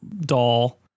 doll